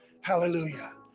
Hallelujah